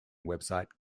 website